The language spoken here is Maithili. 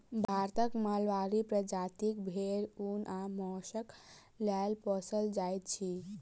भारतक माड़वाड़ी प्रजातिक भेंड़ ऊन आ मौंसक लेल पोसल जाइत अछि